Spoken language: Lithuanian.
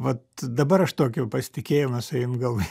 vat dabar aš tokiu pasitikėjimu esu jum galvoj